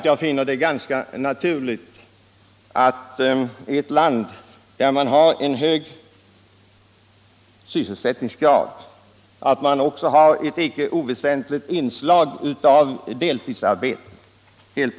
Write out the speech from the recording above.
Jag finner det ganska naturligt att ett land som har en hög sysselsättningsgrad också har ett icke oväsentligt inslag av deltidsarbete.